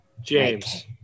james